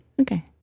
Okay